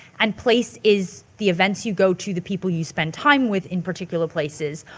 and place is the events you go to, the people you spend time with in particular places,